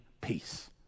peace